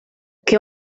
che